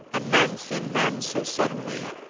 and men seem men so suddenly